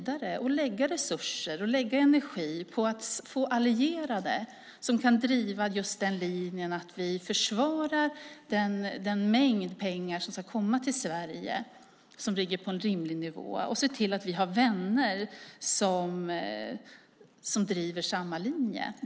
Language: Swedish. Då borde man i stället lägga resurser och energi på att skaffa allierade så att vi kan driva linjen att försvara den mängd pengar som ska komma till Sverige, som ligger på en rimlig nivå, och se till att vi har vänner som driver samma linje.